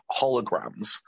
holograms